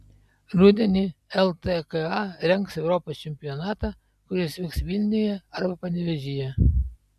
rudenį ltka rengs europos čempionatą kuris vyks vilniuje arba panevėžyje